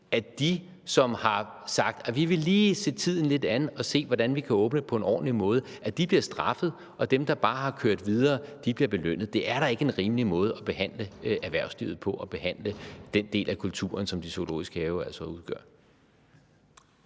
at dem, som har sagt, at de lige vil se tiden lidt an og se på, hvordan man kan åbne på en ordentlig måde, bliver straffet, og at dem, der bare har kørt videre, bliver belønnet. Det er da ikke en rimelig måde at behandle erhvervslivet og den del af kulturen, som de zoologiske haver altså